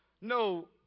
no